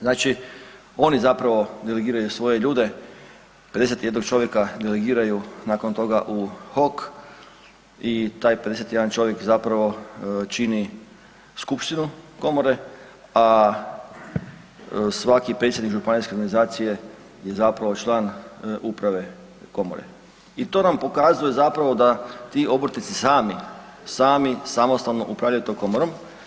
Znači oni zapravo delegiraju svoje ljude 51 čovjeka delegiraju nakon toga u HOK i taj 51 čovjek zapravo čini Skupštinu komore, a svaki predsjednik županijske organizacije je zapravo član Uprave komore i to nam pokazuje da ti obrtnici sami, sami samostalno upravljaju tom komorom.